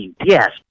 Yes